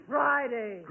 Friday